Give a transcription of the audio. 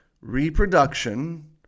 Reproduction